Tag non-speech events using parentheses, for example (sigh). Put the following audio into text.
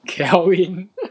cannot win (laughs)